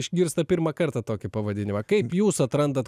išgirsta pirmą kartą tokį pavadinimą kaip jūs atrandat